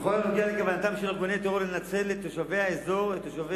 בכל הנוגע לכוונתם של ארגוני טרור לנצל את תושבי האזור או תושבי